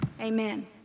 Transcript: Amen